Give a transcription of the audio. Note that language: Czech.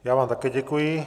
Já vám také děkuji.